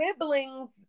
siblings